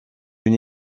une